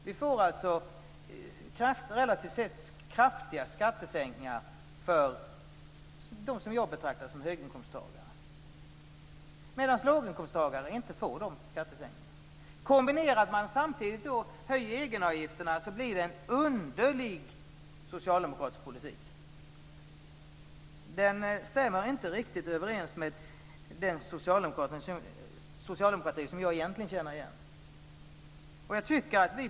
Vi får relativt sett kraftiga skattesänkningar för dem som jag betraktar som höginkomsttagare, medan låginkomsttagarna inte får de skattesänkningarna. Detta i kombination med en höjning av egenavgifterna ger en underlig socialdemokratisk politik. Den stämmer inte riktigt överens med den socialdemokrati jag brukar känna igen.